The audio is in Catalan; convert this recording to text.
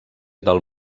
del